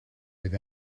oedd